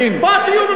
בואו תהיו במקומי,